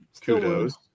Kudos